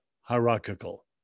hierarchical